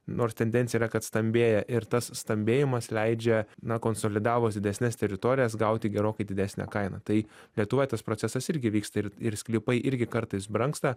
nors tendencija yra kad stambėja ir tas stambėjimas leidžia na konsolidavus didesnes teritorijas gauti gerokai didesnę kainą tai lietuvoje tas procesas irgi vyksta ir ir sklypai irgi kartais brangsta